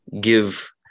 give